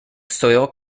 soil